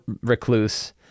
Recluse